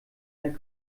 der